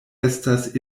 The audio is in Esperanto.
estas